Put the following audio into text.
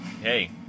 hey